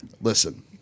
Listen